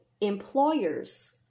employers